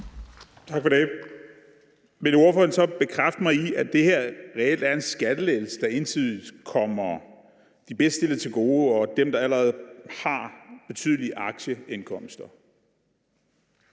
Tak for det. Vil ordføreren så bekræfte mig i, at det her reelt er en skattelettelse, der ensidigt kommer de bedst stillede til gode og dem, der allerede har betydelige aktieindkomster?